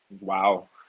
Wow